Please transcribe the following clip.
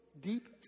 deep